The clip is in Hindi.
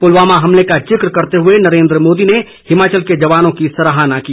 पुलवामा हमले का जिक्र करते हुए नरेन्द्र मोदी ने हिमाचल के जवानों की सराहना की